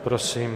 Prosím.